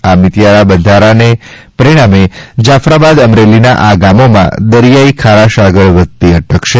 આ મિતીયાળા બંધારાને પરિણામે જાફરાબાદ અમરેલીના આ ગામોમાં દરિયાઇ ખારાશ આગળ વધતી અટકશે